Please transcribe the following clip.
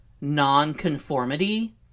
non-conformity